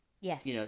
Yes